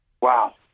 wow